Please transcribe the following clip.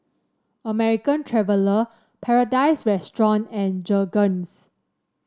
American Traveller Paradise Restaurant and Jergens